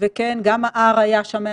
כמה מפגשים נערכו עד עכשיו,